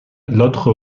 l’autre